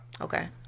okay